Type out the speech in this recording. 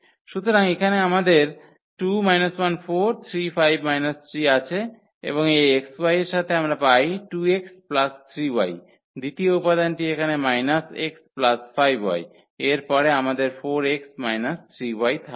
সুতরাং এখানে আমাদের আছে এবং এই xy এর সাথে আমরা পাই 2x3y দ্বিতীয় উপাদানটি এখানে x 5y এর পরে আমাদের 4x - 3y থাকে